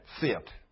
fit